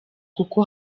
kuko